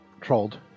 Trolled